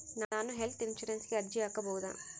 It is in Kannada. ನಾನು ಹೆಲ್ತ್ ಇನ್ಶೂರೆನ್ಸಿಗೆ ಅರ್ಜಿ ಹಾಕಬಹುದಾ?